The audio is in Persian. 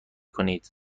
کنید